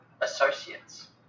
associates